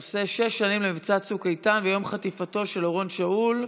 בנושא: שש שנים למבצע צוק איתן ויום חטיפתו של אורון שאול.